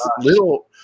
little